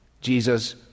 Jesus